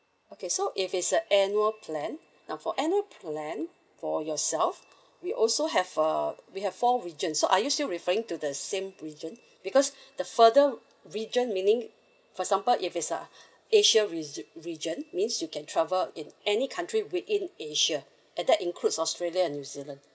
okay so if it's a annual plan um for annual plan for yourself we also have uh we have four regions so are you still referring to the same region because the further region meaning for example if it's a asia region region means you can travel in any country within asia and that includes australia and new zealand